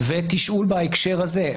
ותשאול בהקשר הזה.